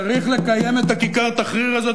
צריך לקיים את כיכר תחריר הזאת,